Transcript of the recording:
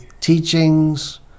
teachings